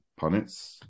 Punnets